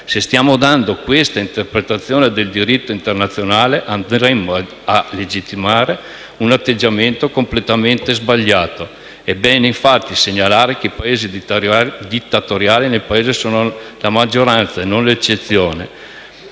se stiamo dando questa interpretazione del diritto internazionale, allora andremmo a legittimare un atteggiamento completamente sbagliato. È bene, infatti, segnalare che i Paesi dittatoriali nel pianeta sono la maggioranza e non l'eccezione.